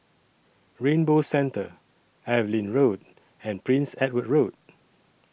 Rainbow Centre Evelyn Road and Prince Edward Road